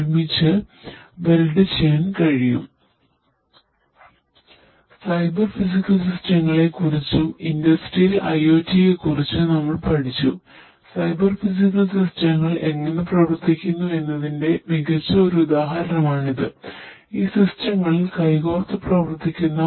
എന്നാൽ അതിനുമുമ്പ് ഈ യന്ത്രം ഇവിടെ കാണിക്കുന്നതിന്റെ ഉദ്ദേശ്യം എന്താണെന്ന് ഞാൻ നിങ്ങളോട് പറയട്ടെ